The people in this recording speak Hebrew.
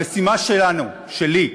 המשימה שלנו, שלי,